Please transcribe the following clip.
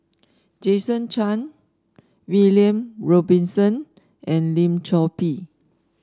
Jason Chan William Robinson and Lim Chor Pee